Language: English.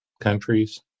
Countries